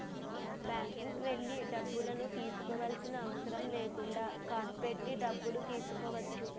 బ్యాంక్కి వెళ్లి డబ్బులను తీసుకోవాల్సిన అవసరం లేకుండా కార్డ్ పెట్టి డబ్బులు తీసుకోవచ్చు